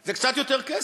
זה קצת יותר כסף.